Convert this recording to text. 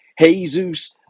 Jesus